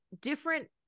different